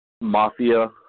mafia